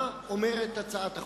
מה אומרת הצעת החוק?